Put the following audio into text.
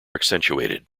accentuated